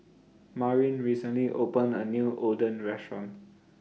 Marin recently opened A New Oden Restaurant